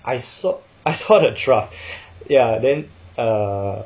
I saw I saw the draft ya then err